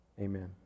Amen